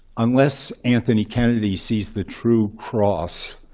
unless anthony kennedy sees the true cross